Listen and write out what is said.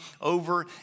over